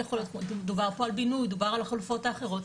דובר פה על בינוי, דובר על חלופות אחרות.